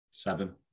Seven